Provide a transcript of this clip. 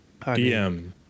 DM